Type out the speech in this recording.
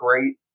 great